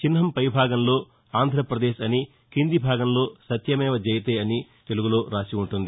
చిహ్నం పైభాగంలో ఆంధ్రపదేశ్ అని కింది భాగంలో సత్యమేవ జయతే అని తెలుగులో రాసి ఉంటుంది